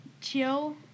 chill